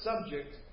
subject